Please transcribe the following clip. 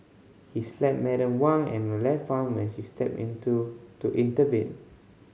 he slapped Madam Wang and her left arm when she stepped in to to intervene